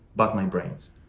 but my brains.